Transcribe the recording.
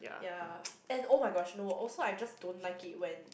ya and oh-my-gosh no also I just don't like it when